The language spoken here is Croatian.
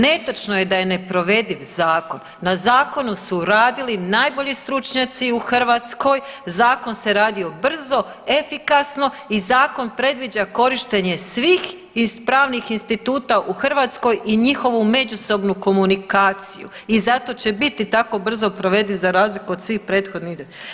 Netočno je da je neprovediv zakon, na zakonu su radili najbolji stručnjaci u Hrvatskoj, zakon se radio brzo, efikasno i zakon predviđa korištenje svih pravnih instituta u Hrvatskoj i njihovu međusobnu komunikaciju i zato će biti tako brzo provediv za razliku od svih prethodnih.